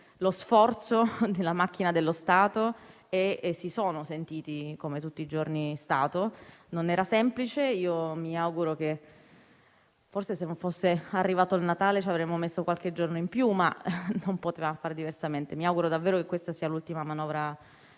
lo sforzo della macchina dello Stato. Così è stato tutti i giorni. Non era semplice. Forse, se non fosse arrivato il Natale, ci avremmo messo qualche giorno in più, ma non si poteva fare diversamente. Mi auguro davvero che questa sia l'ultima manovra